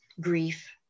grief